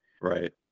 right